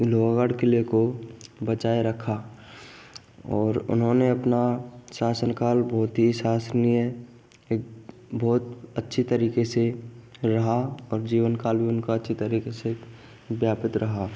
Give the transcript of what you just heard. लोहागढ़ को बचाए रखा और उन्होंने अपना शासन काल बहुत ही शासनीय एक बहुत अच्छी तरीके से रहा और जीवन काल उनका अच्छी तरीके से व्यापित रहा